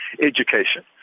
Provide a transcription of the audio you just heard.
Education